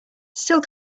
still